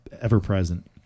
ever-present